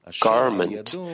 garment